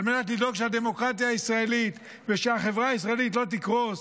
על מנת לדאוג שהדמוקרטיה הישראלית ושהחברה הישראלית לא תקרוס,